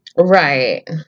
Right